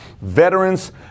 Veterans